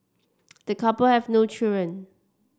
the couple have no children